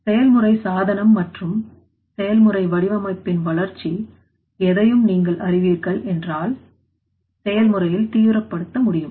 செயல்முறை சாதனம் மற்றும் செயல்முறை வடிவமைப்பின் வளர்ச்சி எதையும் நீங்கள் அறிவீர்கள் என்றால் செயல்முறையில் தீவிரப்படுத்த முடியும்